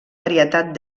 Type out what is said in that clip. varietat